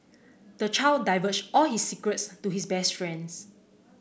the child divulged all his secrets to his best friend